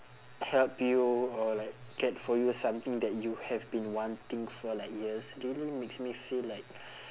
help you or like get for you something that you have been wanting for like years really makes me feel like